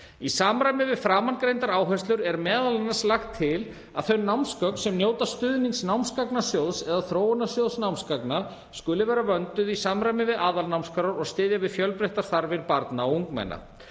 Í samræmi við framangreindar áherslur er m.a. lagt til að þau námsgögn sem njóta stuðnings námsgagnasjóðs eða þróunarsjóðs námsgagna skuli vera vönduð, í samræmi við aðalnámskrár og styðja við fjölbreyttar þarfir barna og ungmenna.